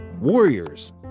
Warriors